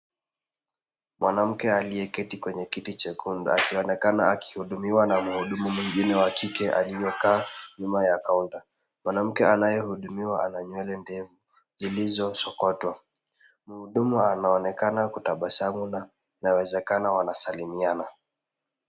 Mwanamke aliyeketi kwenye kiti chekundu akionekana akihudumiwa na mhudumu mwingine wa kike aliyekaa nyuma ya counter. Mwanamke anahehudimiwa ana nywele ndefu zilizosokotwa. Mhudumu anaonekana kutabasamu na wanaonekana kusalimiana.